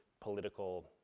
political